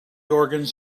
organs